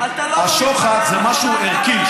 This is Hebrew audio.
השוחד זה משהו ערכי,